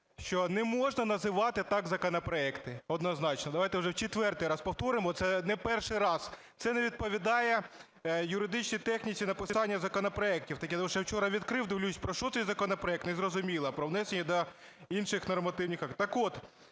що не можна називати так законопроекти. Однозначно. Давайте вже в четвертий раз повторимо. Це не перший раз: це не відповідає юридичній техніці написання законопроектів. Ще вчора відкрив, дивлюся, про що цей законопроект незрозуміло – про внесення до інших нормативних актів. Так от,